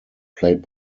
played